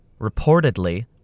Reportedly